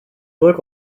look